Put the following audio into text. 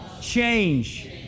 change